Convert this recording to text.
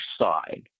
side